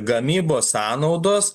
gamybos sąnaudos